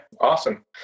awesome